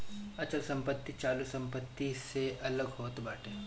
अचल संपत्ति चालू संपत्ति से अलग होत बाटे